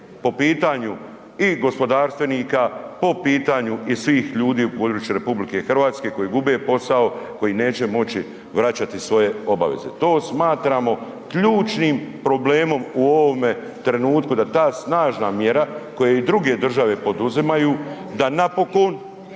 po pitanju i gospodarstvenika, po pitanju i svih ljudi u RH koji gube posao, koji neće moći vraćati svoje obaveze. To smatramo ključnim problemom u ovome trenutku, da ta snažna mjera koju i druge države poduzimaju, da napokon,